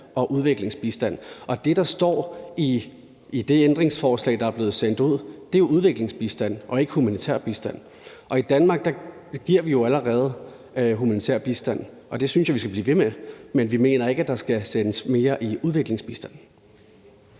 og udviklingsbistand, og det, der står i det ændringsforslag, som er blevet sendt ud, er jo udviklingsbistand og ikke humanitær bistand. I Danmark giver vi jo allerede humanitær bistand, og det synes jeg vi skal blive ved med, men vi mener ikke, at der skal sendes mere i udviklingsbistand.